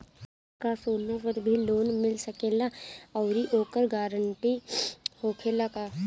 का सोना पर भी लोन मिल सकेला आउरी ओकर गारेंटी होखेला का?